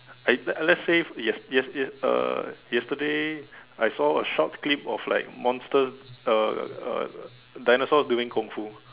I let's say yes~ yes~ yes~ uh yesterday I saw a short clip of like monster uh uh dinosaurs doing kung-fu